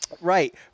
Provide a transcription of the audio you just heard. Right